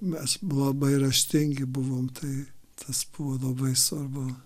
mes labai raštingi buvom tai tas buvo labai svarbu